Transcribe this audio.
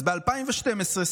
ב-2012,